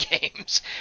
games